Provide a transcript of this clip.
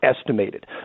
estimated